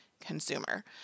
consumer